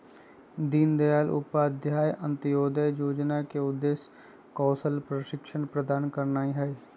दीनदयाल उपाध्याय अंत्योदय जोजना के उद्देश्य कौशल प्रशिक्षण प्रदान करनाइ हइ